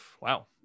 wow